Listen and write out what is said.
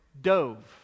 dove